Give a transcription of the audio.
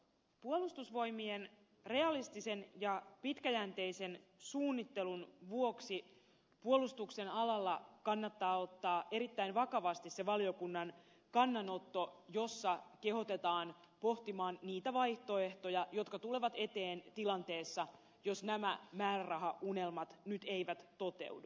puolustusvoimien realistisen ja pitkäjänteisen suunnittelun vuoksi puolustuksen alalla kannattaa ottaa erittäin vakavasti se valiokunnan kannanotto jossa kehotetaan pohtimaan niitä vaihtoehtoja jotka tulevat eteen tilanteessa jos nämä määrärahaunelmat eivät toteudu